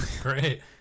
great